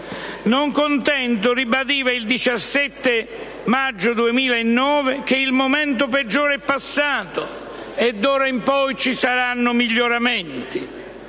Non contento, ribadiva il 17 maggio 2009, che «Il momento peggiore è passato e d'ora in poi ci saranno miglioramenti.